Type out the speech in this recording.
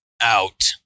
out